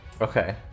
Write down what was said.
Okay